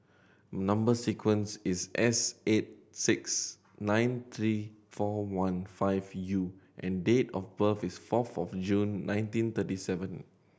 number sequence is S eight six nine three four one five U and date of birth is four fourth June nineteen thirty seven